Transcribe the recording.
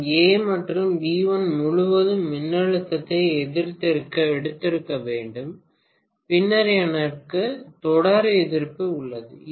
நான் A மற்றும் B1 முழுவதும் மின்னழுத்தத்தை எடுத்திருக்க வேண்டும் பின்னர் எனக்கு தொடர் எதிர்ப்பு உள்ளது